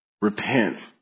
Repent